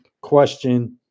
question